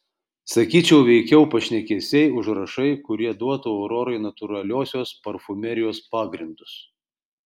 sakyčiau veikiau pašnekesiai užrašai kurie duotų aurorai natūraliosios parfumerijos pagrindus